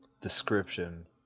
description